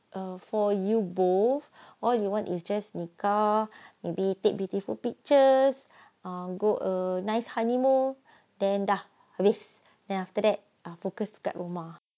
err for you both all you want is just nikah maybe take beautiful pictures go err nice honeymoon then dah habis then after that focus kat rumah